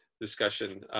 discussion